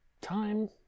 time